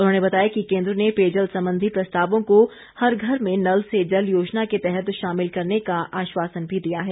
उन्होंने बताया कि केन्द्र ने पेयजल संबंधी प्रस्तावों को हर घर में नल से जल योजना के तहत शामिल करने का आश्वासन भी दिया है